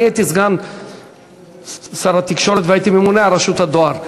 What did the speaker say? אני הייתי סגן שר התקשורת והייתי ממונה על רשות הדואר.